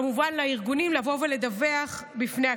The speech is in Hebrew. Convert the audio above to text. ולארגונים כמובן, לבוא ולדווח בפני הכנסת.